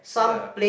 ya